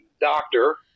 doctor